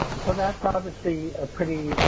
so that's obviously a pretty